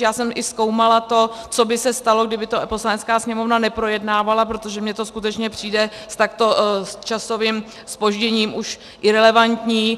Já jsem i zkoumala to, co by se stalo, kdyby to Poslanecká sněmovna neprojednávala, protože mně to skutečně přijde s takto časovým zpožděním už irelevantní.